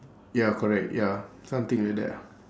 ya correct ya something like that ah